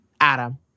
Adam